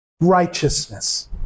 righteousness